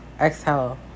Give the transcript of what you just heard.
Exhale